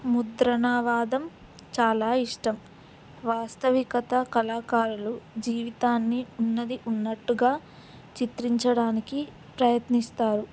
ముద్రణావాదం చాలా ఇష్టం వాస్తవికత కళాకారులు జీవితాన్ని ఉన్నది ఉన్నట్టుగా చిత్రించడానికి ప్రయత్నిస్తారు